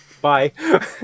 bye